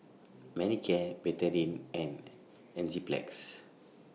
Manicare Betadine and Enzyplex